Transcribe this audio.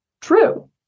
true